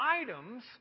items